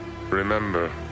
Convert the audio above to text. remember